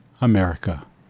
America